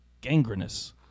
Gangrenous